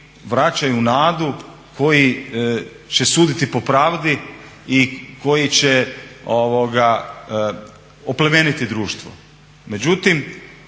koji će suditi po pravdi i koji će oplemeniti društvo.